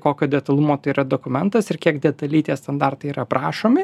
kokio detalumo tai yra dokumentas ir kiek detaliai tie standartai yra aprašomi